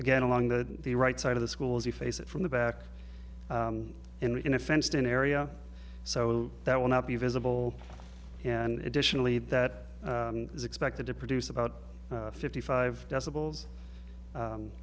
again along the the right side of the school as you face it from the back in a fenced in area so that will not be visible and additionally that is expected to produce about fifty five